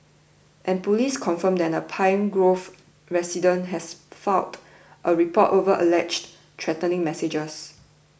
and police confirmed that a Pine Grove resident has filed a report over alleged threatening messages